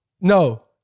No